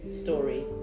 story